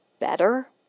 better